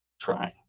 trying